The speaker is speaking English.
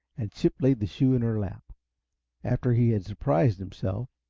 and chip laid the shoe in her lap after he had surprised himself,